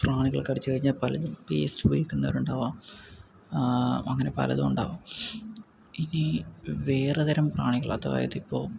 ഈ പ്രാണികൾ കടിച്ചു കഴിഞ്ഞാൽ പലരും പേസ്റ്റ് ഉപയോഗിക്കുന്നവരുണ്ടാവാം അങ്ങനെ പലതും ഉണ്ടാവാം ഇനി വേറെ തരം പ്രാണികൾ അതായതിപ്പോൾ